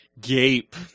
Gape